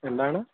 എന്താണ്